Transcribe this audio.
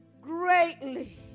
greatly